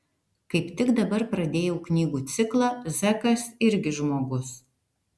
kaip tik dabar pradėjau knygų ciklą zekas irgi žmogus